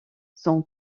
son